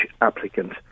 applicant